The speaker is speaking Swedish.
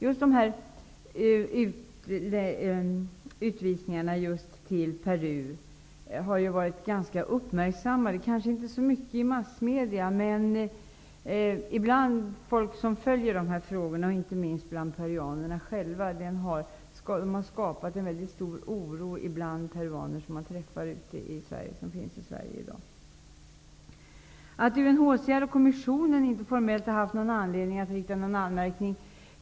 Just de här utvisningarna till Peru har varit ganska uppmärksammade -- kanske inte så mycket i massmedierna, men bland folk som följer frågorna och inte minst bland peruanerna själva. De har skapat en mycket stor oro bland peruaner som finns i Sverige i dag. Det är i och för sig bra att UNHCR och kommissionen inte formellt har haft någon anledning att göra någon anmärkning.